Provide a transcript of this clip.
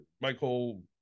Michael